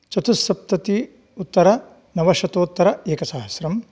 चतुस्सप्तति उत्तरनवशतोत्तर एकसहस्रम्